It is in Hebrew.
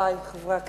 וחברותי חברי הכנסת,